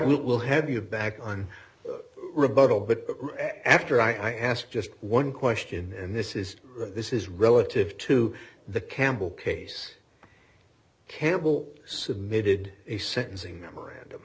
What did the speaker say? right we'll have you back on rebuttal but after i ask just one question and this is this is relative to the campbell case campbell submitted a sentencing memorandum